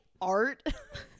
art